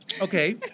Okay